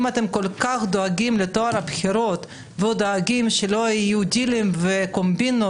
אם אתם כל כך דואגים לטוהר הבחירות ודואגים שלא יהיו דילים וקומבינות,